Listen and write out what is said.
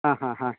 ಹಾಂ ಹಾಂ ಹಾಂ